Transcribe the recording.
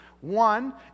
One